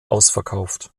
ausverkauft